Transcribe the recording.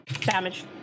damage